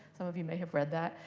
some of you may have read that.